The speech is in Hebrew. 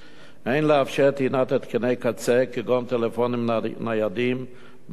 אין לאפשר טעינת התקני קצה כגון טלפונים ניידים בכיתה.